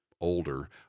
Older